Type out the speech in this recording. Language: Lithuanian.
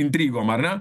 intrigom ar ne